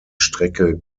strecke